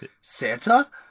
Santa